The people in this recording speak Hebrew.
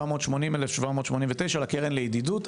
3,480,789 לקרן לידידות.